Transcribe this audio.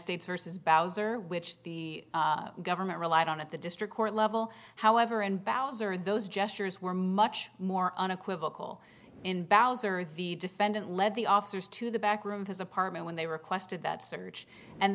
states versus bowzer which the government relied on at the district court level however and bowzer those gestures were much more unequivocal in bows the defendant led the officers to the back room of his apartment when they requested that search and